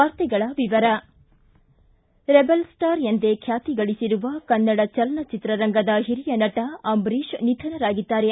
ವಾರ್ತೆಗಳ ವಿವರ rebel star ಎಂದೇ ಖ್ಯಾತಿ ಗಳಿಸಿರುವ ಕನ್ನಡ ಚಲನಚಿತ್ರರಂಗದ ಹಿರಿಯ ನಟ ಅಂಬರೀಶ ನಿಧನರಾಗಿದ್ದಾರೆ